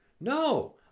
No